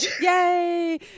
Yay